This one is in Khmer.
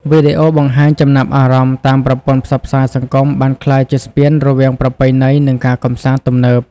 វីដេអូបង្ហាញចំណាប់អារម្មណ៍តាមប្រព័ន្ធផ្សព្វផ្សាយសង្គមបានក្លាយជាស្ពានរវាងប្រពៃណី និងការកម្សាន្តទំនើប។